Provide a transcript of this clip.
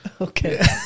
Okay